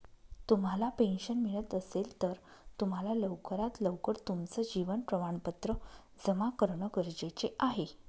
तुम्हाला पेन्शन मिळत असेल, तर तुम्हाला लवकरात लवकर तुमचं जीवन प्रमाणपत्र जमा करणं गरजेचे आहे